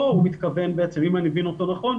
פה הוא מתכוון בעצם אם אני מבין אותו נכון,